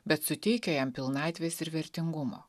bet suteikia jam pilnatvės ir vertingumo